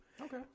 Okay